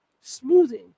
smoothing